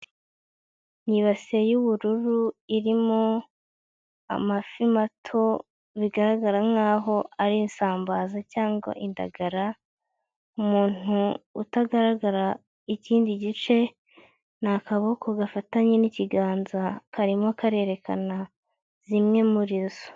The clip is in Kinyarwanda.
Ni ibasiye y'ubururu irimo amafi mato bigaragara nk'aho ari isambaza cyangwa indagara, umuntu utagaragara ikindi gice ni akaboko gafatanye n'ikiganza, karimo karerekana zimwe muri zo.